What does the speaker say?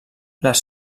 les